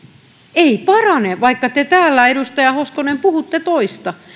ei parane vaikka te täällä edustaja hoskonen puhutte toista